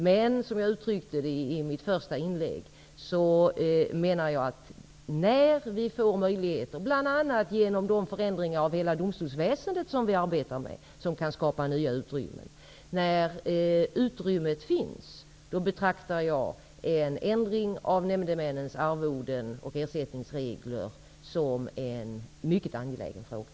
Men, som jag sade i mitt första inlägg, när utrymme kan skapas, bl.a. genom de förändringar av hela domstolsväsendet som vi arbetar med, betraktar jag en ändring av nämndemännens arvoden och ersättningsregler som en mycket angelägen fråga.